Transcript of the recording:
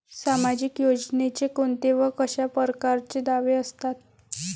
सामाजिक योजनेचे कोंते व कशा परकारचे दावे असतात?